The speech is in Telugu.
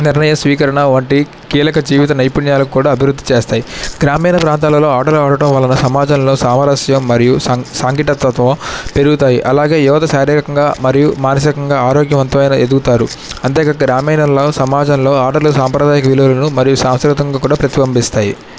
నిర్ణయ స్వీకరణా వంటి కీలక జీవిత నైపుణ్యాలను కూడా అభివృద్ధి చేస్తాయి గ్రామీణ ప్రాంతాలలో ఆటలు ఆడడం వలన సమాజాల్లో సామరస్యం మరియూ సాంకేటకతత్వం పెరుగుతాయి అలాగే యువత శారీరకంగా మరియూ మానసికంగా ఆరోగ్యవంతమైన ఎదుగుతారు అంతేకాక గ్రామీణంలో సమాజంలో ఆటలు సంప్రదాయక విలువలను మరియూ సాంస్కృతంగా కూడా ప్రతిబింబిస్తాయి